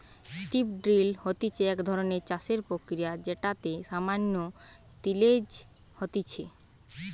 strip drill হতিছে এক ধরণের চাষের প্রক্রিয়া যেটাতে সামান্য তিলেজ হতিছে